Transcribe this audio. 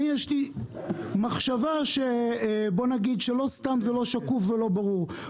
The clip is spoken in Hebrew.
יש לי מחשבה שלא סתם זה לא שקוף ולא ברור.